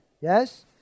yes